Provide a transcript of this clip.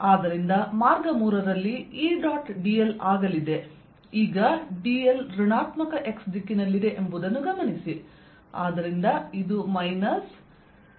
ಆದ್ದರಿಂದ ಮಾರ್ಗ 3 ರಲ್ಲಿ E ಡಾಟ್ dl ಆಗಲಿದೆ ಈಗ dl ಋಣಾತ್ಮಕ x ದಿಕ್ಕಿನಲ್ಲಿದೆ ಎಂಬುದನ್ನು ಗಮನಿಸಿ